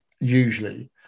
usually